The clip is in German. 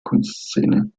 kunstszene